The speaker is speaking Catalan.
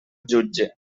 jutge